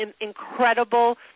incredible